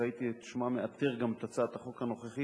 שראיתי את שמה מעטר גם את הצעת החוק הנוכחית,